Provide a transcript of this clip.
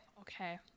okay